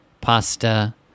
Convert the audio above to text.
pasta